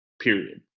period